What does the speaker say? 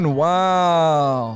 wow